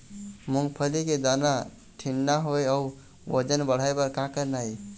मूंगफली के दाना ठीन्ना होय अउ वजन बढ़ाय बर का करना ये?